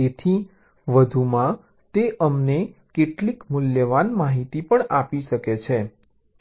તેથી વધુમાં તે અમને કેટલીક મૂલ્યવાન માહિતી પણ આપી શકે છે